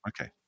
Okay